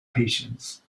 patience